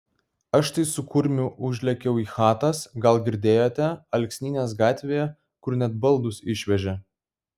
aš tai su kurmiu užlėkiau į chatas gal girdėjote alksnynės gatvėje kur net baldus išvežė